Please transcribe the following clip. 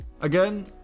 Again